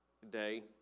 today